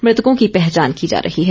मृतकों की पहचान की जा रही है